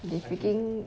they freaking